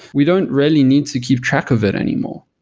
we don't really need to keep track of it anymore.